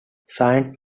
saint